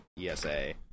ESA